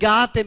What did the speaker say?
God